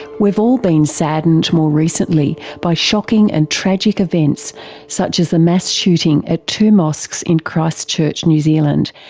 we've all been saddened more recently by shocking and tragic events such as the mass shooting at two mosques in christchurch, new zealand,